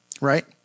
Right